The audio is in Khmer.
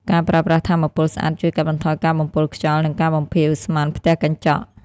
ការប្រើប្រាស់ថាមពលស្អាតជួយកាត់បន្ថយការបំពុលខ្យល់ និងការបំភាយឧស្ម័នផ្ទះកញ្ចក់។